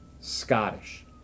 Scottish